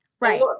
Right